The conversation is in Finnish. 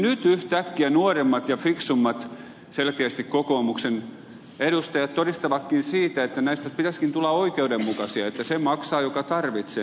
nyt yhtäkkiä selkeästi nuoremmat ja fiksummat kokoomuksen edustajat todistavatkin siitä että näistä maksuista pitäisikin tulla oikeudenmukaisia että se maksaa joka tarvitsee